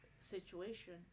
situation